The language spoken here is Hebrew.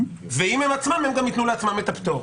ואם זה הם בעצמם, הם גם ייתנו לעצמם את הפטור.